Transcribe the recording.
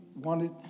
wanted